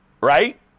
right